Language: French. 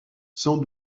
sans